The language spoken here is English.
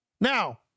Now